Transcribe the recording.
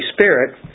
Spirit